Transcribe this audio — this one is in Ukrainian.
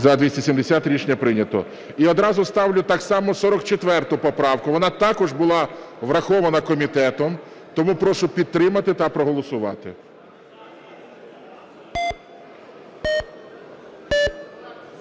За-270 Рішення прийнято. І одразу ставлю так само 44 поправку, вона також була врахована комітетом. Тому прошу підтримати та проголосувати.